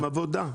וגם לעבודה.